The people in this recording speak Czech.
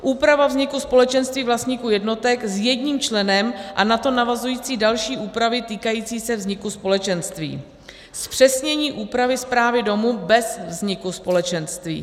úpravu vzniku společenství vlastníků jednotek s jedním členem a na to navazující další úpravy týkající se vzniku společenství; zpřesnění úpravy správy domu bez vzniku společenství;